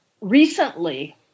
recently